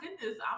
goodness